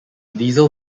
diesel